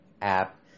app